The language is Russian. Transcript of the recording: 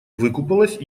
выкупалась